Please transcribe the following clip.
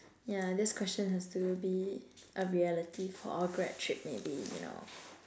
yeah this question has to be a reality for our grad trip maybe you know